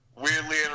Weirdly